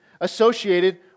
associated